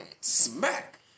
Smack